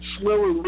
slower